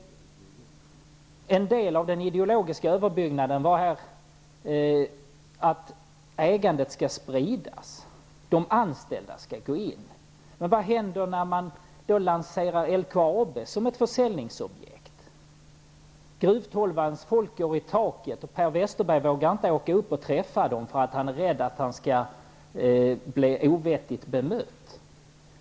En del av den ideologiska överbyggnaden var att ägandet skulle spridas, att de anställda skulle gå in. Men vad händer när man då lanserar LKAB som ett försäljningsobjekt? Gruvtolvans folk far i taket, och Per Westerberg vågar inte åka upp och träffa dem därför att han är rädd att han skall bli ovettigt bemött.